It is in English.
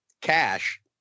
cash